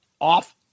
Off